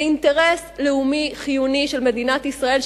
זה אינטרס לאומי חיוני של מדינת ישראל,